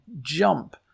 jump